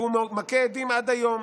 והוא מכה הדים עד היום,